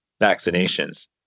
vaccinations